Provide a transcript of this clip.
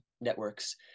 networks